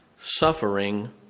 suffering